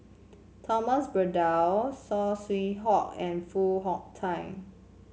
Thomas Braddell Saw Swee Hock and Foo Hong Tatt